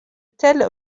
tels